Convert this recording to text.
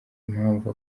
impamvu